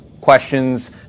questions